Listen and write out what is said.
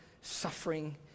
suffering